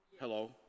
Hello